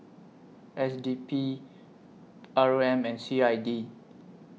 S D P R O M and C I D